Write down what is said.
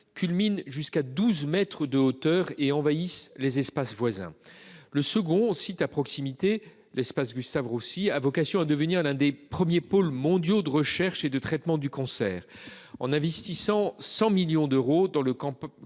culminent jusqu'à douze de mètres de hauteur et envahissent les espaces voisins. Le second site, l'Institut Gustave-Roussy, a vocation à devenir l'un des premiers pôles mondiaux de recherche et de traitement du cancer. En investissant 100 millions d'euros dans le Campus